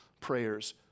prayers